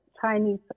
Chinese